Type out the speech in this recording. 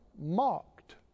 mocked